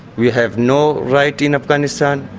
we have no right in afghanistan,